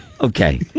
Okay